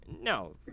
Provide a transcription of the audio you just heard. no